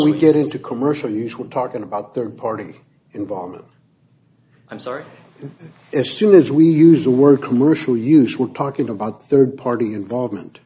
we get into commercial usually talking about their party involvement i'm sorry as soon as we use the word commercially usual talking about third party involvement